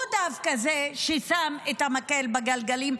הוא דווקא זה ששם את המקל בגלגלים,